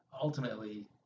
ultimately